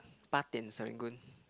八点 Serangoon